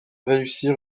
réussir